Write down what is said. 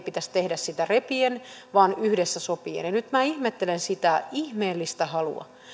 pitäisi tehdä sitä repien vaan yhdessä sopien nyt ihmettelen sitä ihmeellistä halua